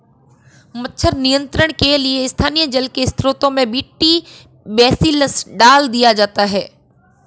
मच्छर नियंत्रण के लिए स्थानीय जल के स्त्रोतों में बी.टी बेसिलस डाल दिया जाता है